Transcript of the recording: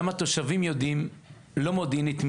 גם התושבים יודעים לא מודיעינית,